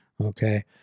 okay